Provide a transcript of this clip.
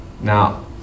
Now